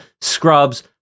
Scrubs